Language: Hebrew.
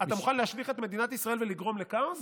אתה מוכן להשליך את מדינת ישראל ולגרום לכאוס?